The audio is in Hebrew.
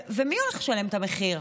ומי הולך לשלם את המחיר?